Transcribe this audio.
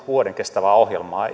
vuoden kestävää ohjelmaa